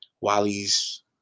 Wally's